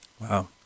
Wow